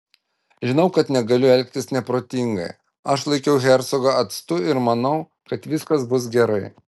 žinau kad negaliu elgtis neprotingai aš laikiau hercogą atstu ir manau kad viskas bus gerai